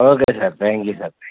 okay sir thank you sir